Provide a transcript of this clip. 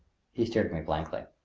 he stared at me blankly.